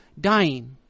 dying